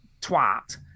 twat